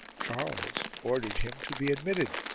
charles ordered him to be admitted.